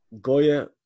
Goya